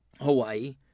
Hawaii